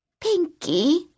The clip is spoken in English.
Pinky